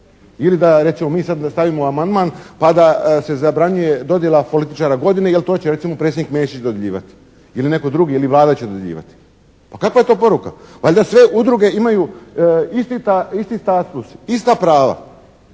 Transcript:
ili da recimo mi sada stavimo amandman pa da se zabranjuje dodjela političara godine jer to će recimo predsjednik Mesić dodjeljivati ili netko drugi, ili Vlada će dodjeljivati. Pa kakva je to poruka? Valjda sve udruge imaju isti status, ista prava.